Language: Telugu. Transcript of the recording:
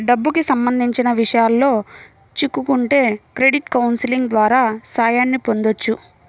డబ్బుకి సంబంధించిన విషయాల్లో చిక్కుకుంటే క్రెడిట్ కౌన్సిలింగ్ ద్వారా సాయాన్ని పొందొచ్చు